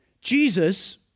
Jesus